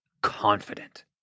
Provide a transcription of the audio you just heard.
confident